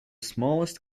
smallest